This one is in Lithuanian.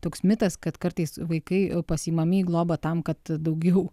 toks mitas kad kartais vaikai pasiimami į globą tam kad daugiau